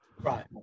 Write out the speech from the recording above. right